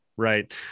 right